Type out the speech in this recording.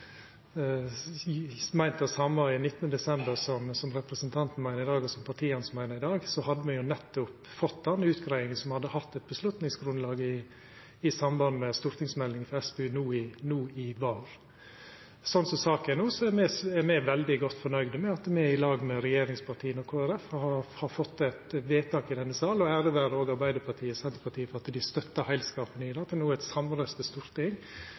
same 19. desember som representanten og partiet hans meiner i dag, hadde me jo fått denne utgreiinga, slik at me hadde hatt eit avgjerdsgrunnlag i samband med stortingsmeldinga for SPU no i dag. Slik som saka er no, er me veldig godt fornøgde med at me i lag med regjeringspartia og Kristeleg Folkeparti har fått til eit forslag til vedtak i denne sal. Ære vera òg Arbeidarpartiet og Senterpartiet for at dei støttar heilskapen i det, at det no er eit samrøystes storting